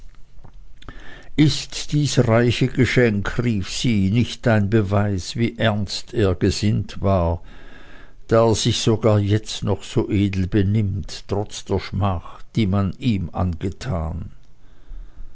ist dies reiche geschenk rief sie nicht ein beweis wie ernst er gesinnt war da er sich sogar jetzt noch so edel benimmt trotz der schmach die man ihm angetan